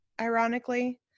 ironically